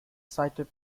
cited